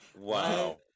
Wow